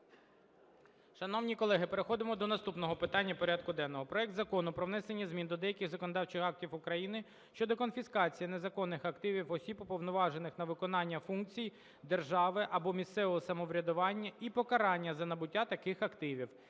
Шановні колеги, переходимо до наступного питання порядку денного: п роект Закону про внесення змін до деяких законодавчих актів України щодо конфіскації незаконних активів осіб, уповноважених на виконання функцій держави або місцевого самоврядування, і покарання за набуття таких активів